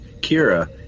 Kira